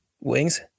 Wings